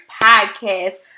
podcast